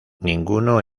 ninguno